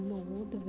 Lord